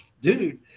dude